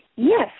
Yes